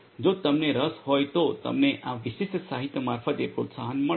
જો તમને રસ હોય તો તમને આ વિશેષ સાહિત્ય મારફતે પ્રોત્સાહન મળશે